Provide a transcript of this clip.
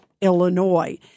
Illinois